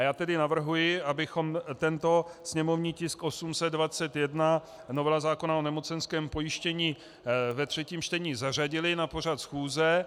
Já tedy navrhuji, abychom tento sněmovní tisk 821, novela zákona o nemocenském pojištění ve třetím čtení, zařadili na pořad schůze.